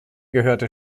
gehörte